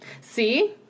See